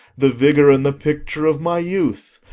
the vigour and the picture of my youth.